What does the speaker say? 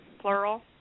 Plural